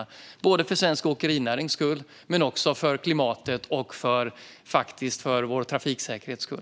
Vi gör det för svensk åkerinärings skull, för klimatets skull och faktiskt för vår trafiksäkerhets skull.